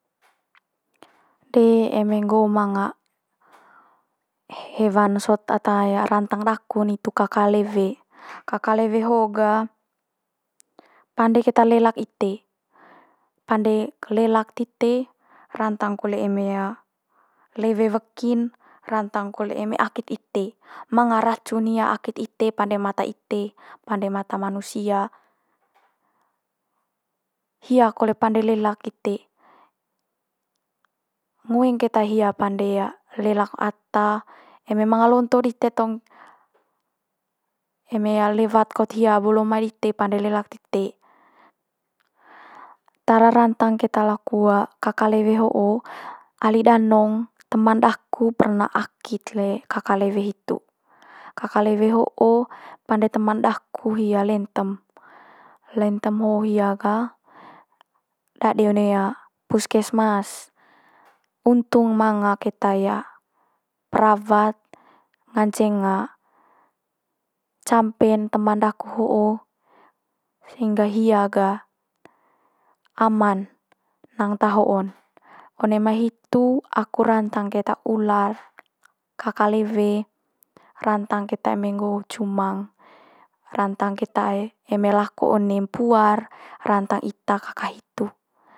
de eme nggoo manga hewan sot ata rantang daku'n hitu kaka lewe. Kaka lewe ho'o gah pande keta lelak ite, pande lelak tite rantang kole eme lewe weki'n, rantang kole eme akit ite. Manga racun hia akit ite pande mata ite, pande mata manusia. Hia kole pande lelak ite, ngoeng keta hia pande lelak ata, eme manga lonto dite tong eme lewat kaut hia bolo mai dite pande lelak tite. Tara rantang keta laku kaka lewe ho'o ali danong teman daku perna akit le kaka lewe hitu. Kaka lewe ho'o pande teman daku hia lentem, lentem ho'o hia gah dade one puskesmas. Untung manga keta perawat nganceng campe'n teman daku ho'o sehingga hia gah aman nang ta ho'on. One mai hitu aku rantang keta ular, kaka lewe, rantang keta eme nggoo cumang, rantang keta e- eme lako one puar rantang ita kaka hitu.